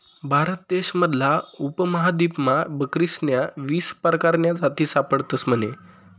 भारत देश मधला उपमहादीपमा बकरीस्न्या वीस परकारन्या जाती सापडतस म्हने